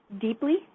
deeply